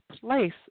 place